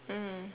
mm